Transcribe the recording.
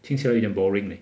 听起来有点 boring leh